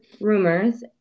rumors